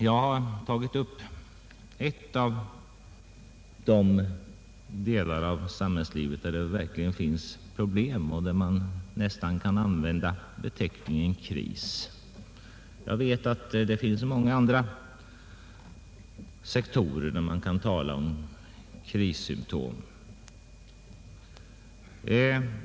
Jag har tagit upp ett av de områden inom samhällslivet där det verkligen finns problem; man kan nästan använda beteckningen kris. Jag vet att det finns många andra sektorer inom vilka det också kan sägas förekomma krissymtom.